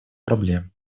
проблем